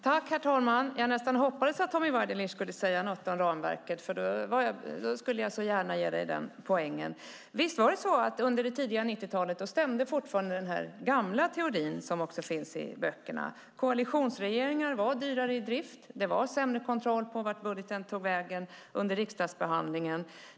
Herr talman! Jag hoppades nästan att Tommy Waidelich skulle säga något om ramverket. Jag ville så gärna ge dig den poängen. Under det tidiga 90-talet stämde fortfarande den gamla teorin som också finns i böckerna. Koalitionsregeringar var dyrare i drift. Det var sämre kontroll på vart budgeten tog vägen under riksdagsbehandlingen.